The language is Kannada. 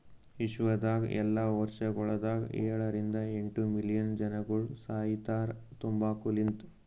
ವಿಶ್ವದಾಗ್ ಎಲ್ಲಾ ವರ್ಷಗೊಳದಾಗ ಏಳ ರಿಂದ ಎಂಟ್ ಮಿಲಿಯನ್ ಜನಗೊಳ್ ಸಾಯಿತಾರ್ ತಂಬಾಕು ಲಿಂತ್